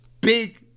Big